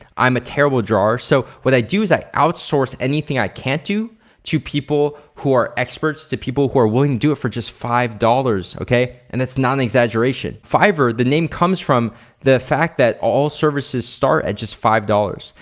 i'm a terrible drawer. so, what i do is i outsource anything i can do to people who are experts to people who are willing to do it for just five dollars okay? and that's not an exaggeration. fiver, the name comes from the fact that all services start at just five dollars.